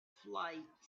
flight